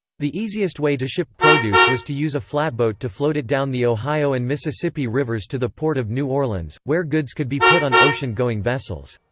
the easiest way to ship produce was to use a flatboat to float it down the ohio and mississippi rivers to the port of new orleans, where goods could be put on ocean-going vessels.